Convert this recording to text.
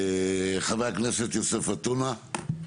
חבר הכנסת יוסף עטאונה.